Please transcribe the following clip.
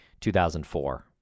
2004